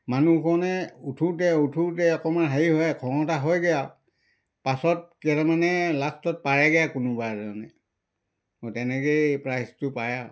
মানুহখনে উঠোঁতে উঠোঁতে অকণমান হেৰি হয় খহটা হয়গৈ আৰু পাছত কেইটামানে লাষ্টত পাৰেগৈ কোনোবা এজনে তেনেকৈয়ে প্ৰাইজটো পায় আৰু